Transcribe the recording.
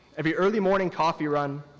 every early morning coffee run,